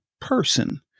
person